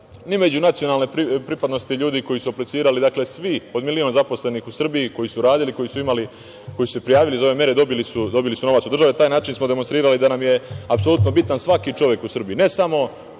ni među nacionalnim pripadnicima ljudi koji su aplicirali. Dakle, svi od milion zaposlenih u Srbiji koji su radili, koji su se prijavili za ove mere dobili su novac od države. Na taj način smo demonstrirali da nam je apsolutno bitan svaki čovek u Srbiji,